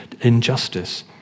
injustice